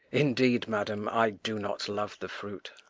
indeed, madam, i do not love the fruit.